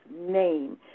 name